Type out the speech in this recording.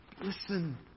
Listen